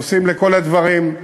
נוסעים לכל הדברים.